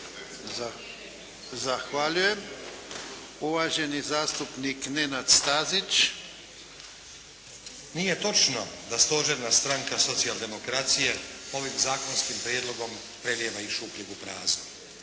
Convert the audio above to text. Zahvaljujem. Uvaženi zastupnik Nenad Stazić. **Stazić, Nenad (SDP)** Nije točno da stožerna stranka Socijaldemokracije ovim zakonskim prijedlogom prelijeva iz šupljeg u prazno.